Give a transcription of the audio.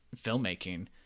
filmmaking